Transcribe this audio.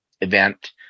event